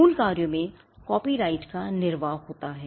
मूल कार्यों में कॉपीराइट का निर्वाह होता है